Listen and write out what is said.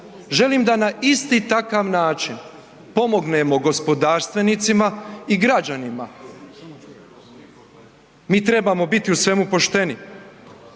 želim da na isti takav način pomognemo gospodarstvenicima i građanima. Mi trebamo biti u svemu pošteni